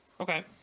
Okay